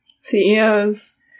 CEOs